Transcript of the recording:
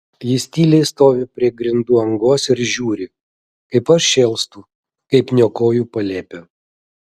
jis tyliai stovi prie grindų angos ir žiūri kaip aš šėlstu kaip niokoju palėpę